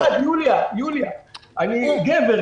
יוליה, יוליה, אני גבר.